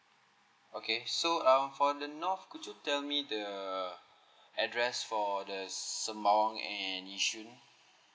okay so um for the north could you tell me the address for the sembawang and yishun